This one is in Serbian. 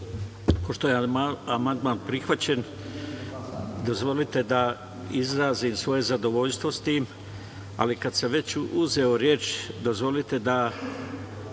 pošto je amandman prihvaćen, dozvolite da izrazim svoje zadovoljstvo sa tim, ali kada sam već uzeo reč dozvolite da